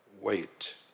wait